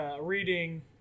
reading